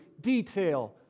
detail